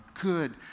good